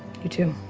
you too.